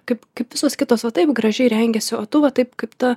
kaip kaip visos kitos va taip gražiai rengiasi o tu va taip kaip ta